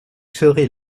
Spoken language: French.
serez